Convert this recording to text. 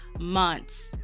months